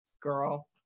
girl